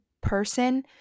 person